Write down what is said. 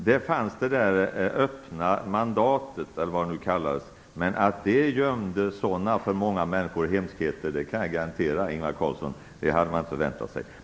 Det fanns ett öppet mandat eller vad man kallade det, men att det gömde sådana för många människor hemska saker hade man inte väntat sig - det kan jag garantera, Ingvar Carlsson.